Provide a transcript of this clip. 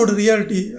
reality